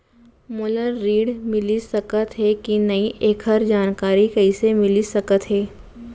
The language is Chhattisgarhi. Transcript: मोला ऋण मिलिस सकत हे कि नई एखर जानकारी कइसे मिलिस सकत हे?